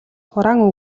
хураан